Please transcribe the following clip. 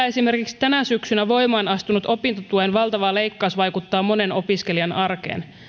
esimerkiksi tänä syksynä voimaan astunut opintotuen valtava leikkaus vaikuttaa monen opiskelijan arkeen